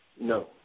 No